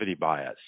bias